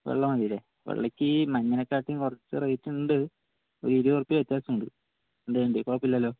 വെള്ള മതി അല്ലെ വെള്ളയ്ക്ക് മഞ്ഞേനേയും കാട്ടിൽ കുറച്ച് റേറ്റ് ഉണ്ട് ഒരു ഇരുപത് റുപ്പിയ വ്യത്യാസം ഉണ്ട് കുഴപ്പം ഇല്ലല്ലോ